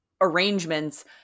arrangements